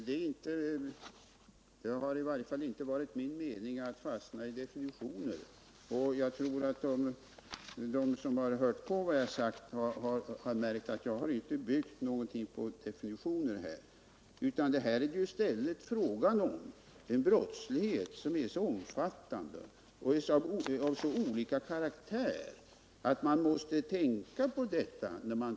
Herr talman! Det har i varje fall inte varit min mening att fastna i definitioner, och jag tror att de som hört på vad jag sagt har märkt att jag inte har byggt någonting på definitioner. Man måste tänka på att det här är fråga om en brottslighet som är så omfattande och av så varierande karaktär.